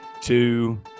two